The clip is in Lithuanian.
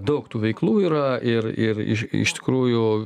daug tų veiklų yra ir ir iš iš tikrųjų